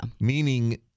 Meaning